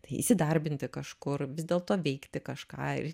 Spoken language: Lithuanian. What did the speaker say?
tai įsidarbinti kažkur vis dėlto veikti kažką ir